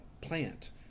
plant